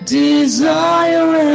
desire